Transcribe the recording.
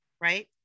Right